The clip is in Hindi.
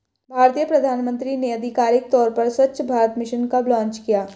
भारतीय प्रधानमंत्री ने आधिकारिक तौर पर स्वच्छ भारत मिशन कब लॉन्च किया?